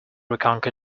reconquer